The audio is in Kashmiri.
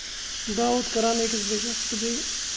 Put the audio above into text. دعوت کَران أکِس بیٚکِس تہٕ بیٚیہِ